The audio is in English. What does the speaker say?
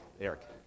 Eric